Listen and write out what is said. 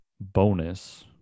bonus